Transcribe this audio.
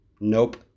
Nope